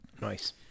Nice